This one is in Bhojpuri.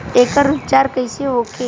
एकर उपचार कईसे होखे?